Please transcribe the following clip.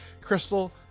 Crystal